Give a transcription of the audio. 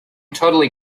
totally